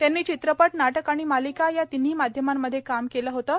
त्यांनी चित्रपट नाटक आणि मालिका अशा तिन्ही माध्यमांमध्ये काम केलं होतं